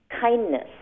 kindness